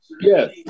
Yes